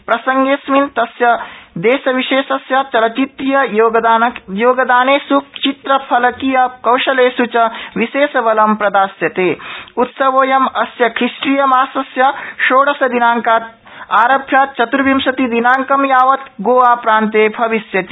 प्रसंगेऽस्मिन् तस्य देशविशेषस्य चलचित्रीय योगदानेष् चित्रफलकीय कौशलेष् च विशेषबलं प्रदास्यते उत्सवोऽयं अस्य ख़िष्टीयमासस्य षोडशदिनांकादारभ्य चतुर्विंशतिदिनांकं यावत् गोवाप्रान्ते भविष्यति